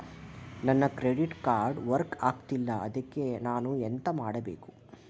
ನನ್ನ credit card work ಆಗ್ತಿಲ್ಲ ಅದ್ಕೆ ನಾನು ಎಂತ ಮಾಡಬೇಕು?